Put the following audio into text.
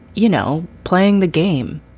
you know, playing the game,